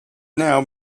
now